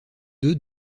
deux